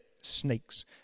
snakes